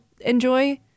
enjoy